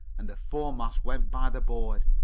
and the foremast went by the board.